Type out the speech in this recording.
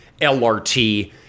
LRT